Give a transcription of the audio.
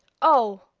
oh!